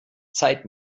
zeit